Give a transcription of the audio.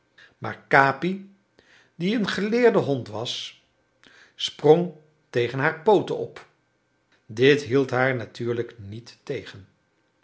maar capi die een geleerde hond was sprong tegen haar pooten op dit hield haar natuurlijk niet tegen